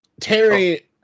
Terry